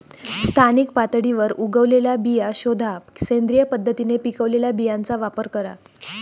स्थानिक पातळीवर उगवलेल्या बिया शोधा, सेंद्रिय पद्धतीने पिकवलेल्या बियांचा वापर करा